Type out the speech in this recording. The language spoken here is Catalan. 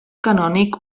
canònic